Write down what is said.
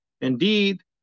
Indeed